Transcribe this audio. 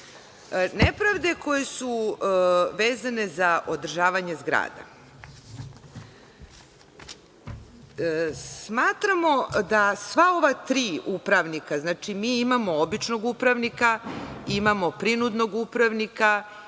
koje su vezane za održavanje zgrada, smatramo da sva ova tri upravnika, znači mi imamo običnog upravnika, imamo prinudnog upravnika